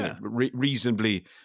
reasonably